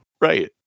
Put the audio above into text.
right